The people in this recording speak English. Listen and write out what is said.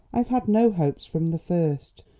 i've had no hopes from the first.